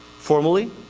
formally